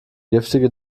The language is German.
giftige